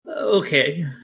Okay